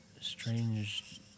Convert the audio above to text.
strange